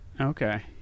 Okay